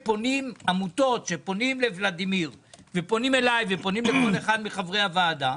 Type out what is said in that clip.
עמותות שפונות לוולדימיר ופונות אליי ופונות לכל אחד מחברי הוועדה,